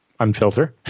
Unfilter